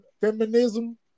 Feminism